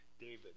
David